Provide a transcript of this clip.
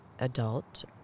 adult